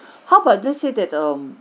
how about let's say that um